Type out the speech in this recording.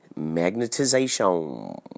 Magnetization